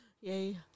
yay